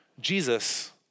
Jesus